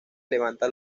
levanta